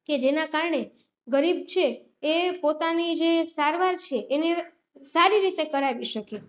કે જેના કારણે ગરીબ છે એ પોતાની જે સારવાર છે એને સારી રીતે કરાવી શકે